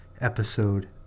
episode